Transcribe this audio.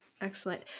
Excellent